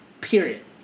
Period